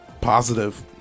positive